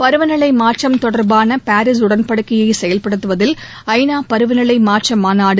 பருவநிலை மாற்றம் தொடர்பான பாரிஸ் உடன்படிக்கையை செயல்படுத்துவதில் ஐநா பருவநிலை மாற்ற மாநாடு